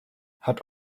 hat